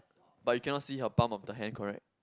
but you cannot see her palm on the hand correct